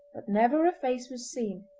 never a face was seen,